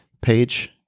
page